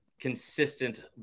consistent